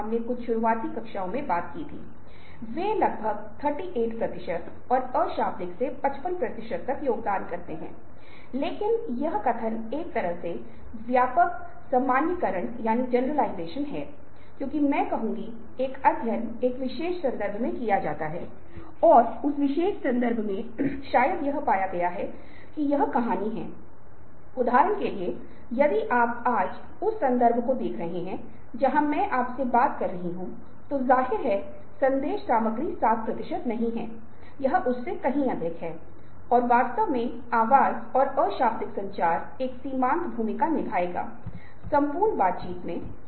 हम आपके द्वारा किए गए कुछ अनुनय प्रयोगों को देख रहे हैं फिर हम परिभाषा संचार और अनुनय के बीच संबंध रवैया की भूमिका प्रेरक संचार और इसके प्रभाव और इसे कहने वाले व्यक्ति की भूमिका को देखते हैं डर अपील भाषा अपील और उसके बाद एक तरह का सारांश